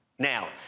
Now